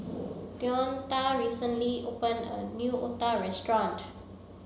Deonta recently opened a new otah restaurant